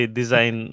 design